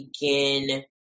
begin